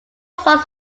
songs